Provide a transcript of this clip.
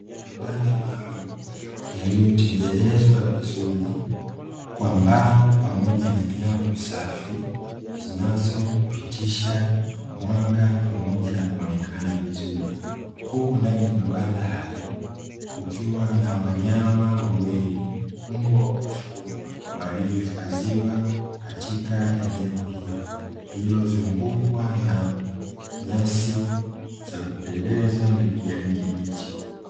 Mabanda maalumu yaliyotengenezwa vizuri kwa mbao pamoja na nyavu safi, zinazopitisha mwanga pamoja na kuonekana vizuri huko ndani ya mabanda hayo kukiwa na wanyama wawili mbwa waliohifadhiwa katika eneo hilo lililozungukwa na nyasi za kupendeza na kijani kibichi.